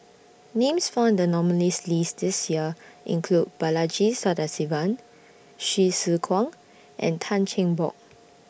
Names found in The nominees' list This Year include Balaji Sadasivan Hsu Tse Kwang and Tan Cheng Bock